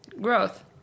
growth